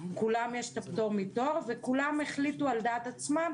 שיש את הפטור מתור וכולם החליטו על דעת עצמם